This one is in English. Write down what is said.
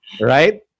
Right